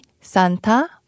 Santa